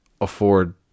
afford